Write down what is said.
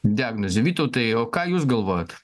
diagnozę vytautai o ką jūs galvojat